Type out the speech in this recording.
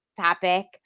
topic